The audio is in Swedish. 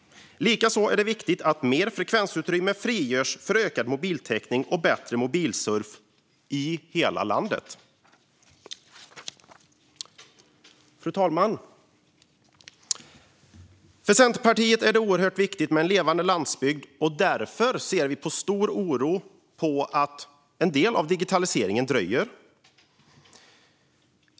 Likaså är det viktigt att mer frekvensutrymme frigörs för ökad mobiltäckning och bättre mobilsurf i hela landet. Fru talman! För Centerpartiet är det oerhört viktigt med en levande landsbygd, och därför ser vi med stor oro på att en del av digitaliseringen dröjer.